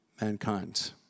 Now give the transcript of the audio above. mankind